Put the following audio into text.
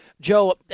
Joe